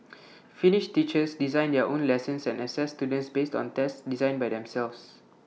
finnish teachers design their own lessons and assess students based on tests designed by themselves